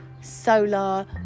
solar